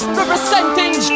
Representing